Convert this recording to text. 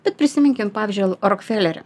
bet prisiminkim pavyzdžiui rokfelerio